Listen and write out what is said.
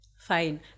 fine